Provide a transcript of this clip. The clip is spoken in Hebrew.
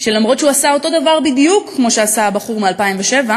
שלמרות שהוא עשה אותו הדבר בדיוק כמו שעשה הבחור מ-2007,